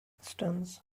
instance